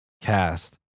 cast